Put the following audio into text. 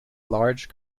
large